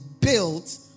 built